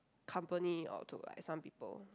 company or to like some people